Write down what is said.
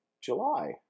July